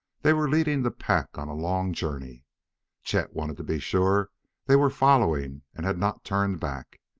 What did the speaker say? they were leading the pack on a long journey chet wanted to be sure they were following and had not turned back.